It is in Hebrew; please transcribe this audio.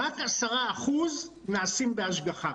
ורק 10% נעשים בהשגחה.